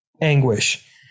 anguish